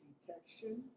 detection